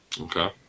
Okay